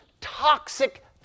toxic